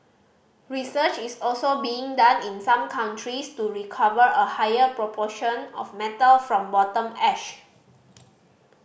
research is also being done in some countries to recover a higher proportion of metal from bottom ash